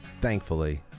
thankfully